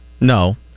No